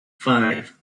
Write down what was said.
five